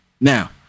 Now